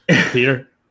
Peter